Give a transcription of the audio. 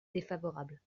défavorable